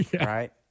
Right